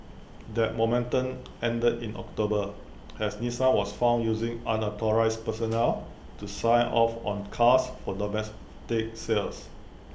that momentum ended in October as Nissan was found using unauthorised personnel to sign off on cars for domestic sales